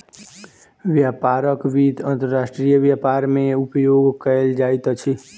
व्यापारक वित्त अंतर्राष्ट्रीय व्यापार मे उपयोग कयल जाइत अछि